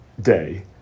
day